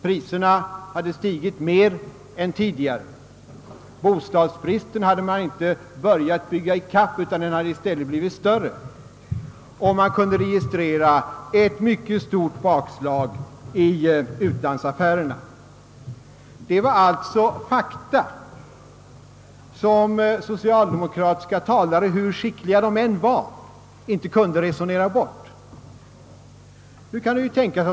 Priserna hade stigit mer än tidigare, bostadsbristen hade man inte börjat bygga i kapp, utan den hade blivit större och vi kunde registrera ett mycket kraftigt bakslag i utlandsaffärerna. Det var fakta, som socialdemokratiska talare — hur skickliga de än var — inte kunde resonera bort.